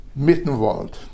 Mittenwald